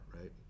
right